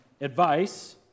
advice